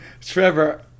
Trevor